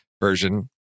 version